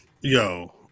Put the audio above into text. yo